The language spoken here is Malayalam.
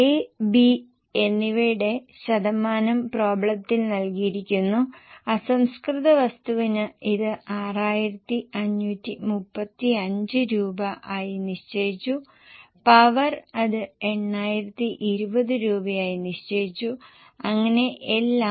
A B എന്നിവയുടെ ശതമാനം പ്രോബ്ളത്തിൽ നൽകിയിരിക്കുന്നു അസംസ്കൃത വസ്തുവിന് ഇത് 6535 രൂപ ആയി നിശ്ചയിച്ചു പവർ അത് 8020 രൂപ ആയി നിശ്ചയിച്ചു അങ്ങനെ എല്ലാം